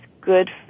good